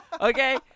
Okay